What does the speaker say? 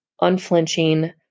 unflinching